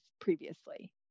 previously